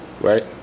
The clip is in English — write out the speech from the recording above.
right